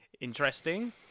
interesting